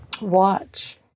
watch